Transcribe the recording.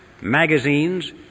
magazines